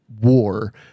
war